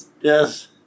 Yes